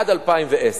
עד 2010,